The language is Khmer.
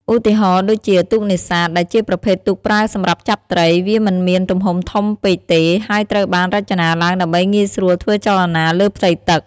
ឧទាហរណ៍ដូចជា ទូកនេសាទ ដែលជាប្រភេទទូកប្រើសម្រាប់ចាប់ត្រី វាមិនមានទំហំធំពេកទេ ហើយត្រូវបានរចនាឡើងដើម្បីងាយស្រួលធ្វើចលនាលើផ្ទៃទឹក។